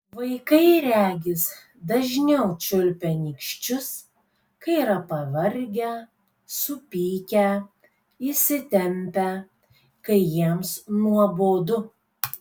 vaikai regis dažniau čiulpia nykščius kai yra pavargę supykę įsitempę kai jiems nuobodu